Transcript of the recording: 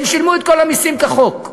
הם שילמו את כל המסים כחוק.